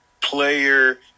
player